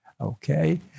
Okay